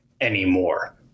anymore